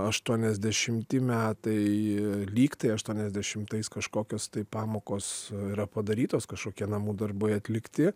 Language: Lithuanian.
aštuoniasdešimti metai lyg tai aštuoniasdešimtais kažkokios tai pamokos yra padarytos kažkokie namų darbai atlikti